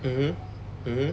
mmhmm